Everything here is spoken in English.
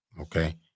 Okay